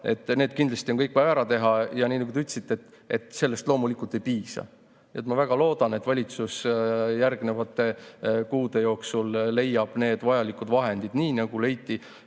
Need kindlasti on kõik vaja ära teha, aga nagu te ütlesite, sellest loomulikult ei piisa. Nii et ma väga loodan, et valitsus järgnevate kuude jooksul leiab need vajalikud vahendid, nii nagu leiti